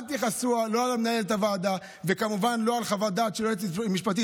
אל תכעסו לא על מנהלת הוועדה וכמובן לא על חוות דעת של היועצת המשפטית,